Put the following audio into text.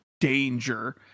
danger